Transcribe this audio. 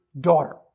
daughter